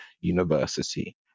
university